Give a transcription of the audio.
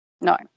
No